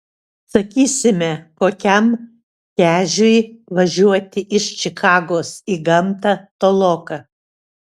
sakysime kokiam kežiui važiuoti iš čikagos į gamtą toloka